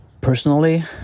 Personally